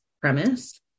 premise